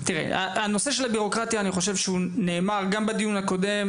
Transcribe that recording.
בנושא הבירוקרטיה בדיון הקודם.